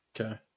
Okay